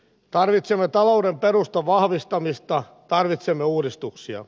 tarvitsemme talouden perustan vahvistamista tarvitsemme uudistuksia